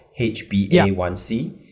HbA1c